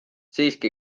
siiski